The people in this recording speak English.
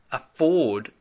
afford